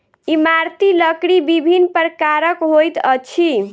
इमारती लकड़ी विभिन्न प्रकारक होइत अछि